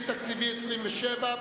להגנת הסביבה לשנת 2010. סעיף תקציבי 27,